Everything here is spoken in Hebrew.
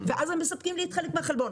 וככה הם מספקים לי חלק מהחלבון.